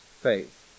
faith